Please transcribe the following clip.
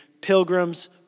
Pilgrim's